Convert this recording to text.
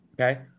okay